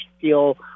feel